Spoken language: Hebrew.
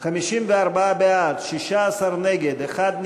54 בעד, 16 נגד, אחד נמנע.